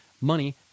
money